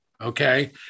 Okay